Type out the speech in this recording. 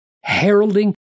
heralding